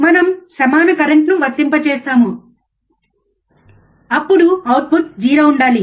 మనం సమాన కరెంట్ను వర్తింపజేస్తాము అప్పుడు అవుట్పుట్ 0 ఉండాలి